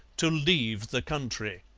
to leave the country